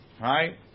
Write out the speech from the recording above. Right